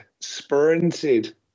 sprinted